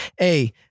A-